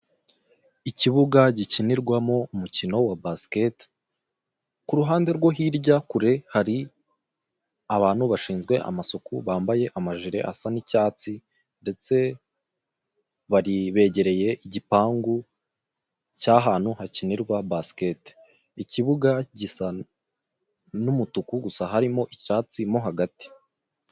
Ikibuga gikinirwamo umukino wa basikete ku ruhande rwo hirya kure hari abantu bashinzwe amasuku bambaye amajire asa n'icyatsi ndetse bari begereye igipangu cy'ahantu hakinirwa basikete, ikibuga gisa n'umutuku gusa harimo icyatsi mo hagati.